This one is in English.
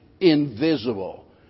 invisible